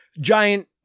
giant